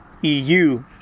EU